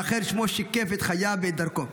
ואכן, שמו שיקף את חייו ואת דרכו.